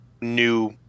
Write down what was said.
new